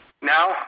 Now